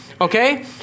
okay